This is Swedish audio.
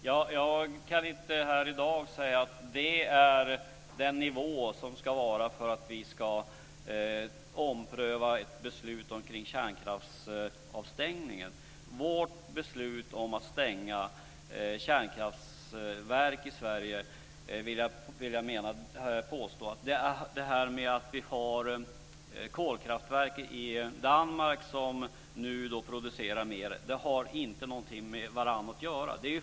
Fru talman! Jag kan inte här i dag säga vilken nivå det ska vara för att vi ska ompröva ett beslut kring kärnkraftsavstängningen. Vårt beslut om att stänga kärnkraftverk i Sverige och den nu ökande produktionen av kolkraft i Danmark vill jag påstå inte har något med varandra att göra.